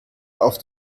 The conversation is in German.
auf